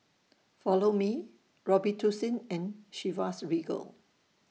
Follow Me Robitussin and Chivas Regal